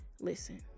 listen